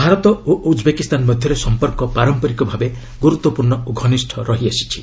ଭାରତ ଓ ଉଜ୍ବେକିସ୍ତାନ ମଧ୍ୟରେ ସମ୍ପର୍କ ପାରମ୍ପରିକ ଭାବେ ବନ୍ଧୁତାପୂର୍ଣ୍ଣ ଓ ଘନିଷ୍ଠ ରହିଆସିଛି